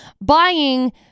buying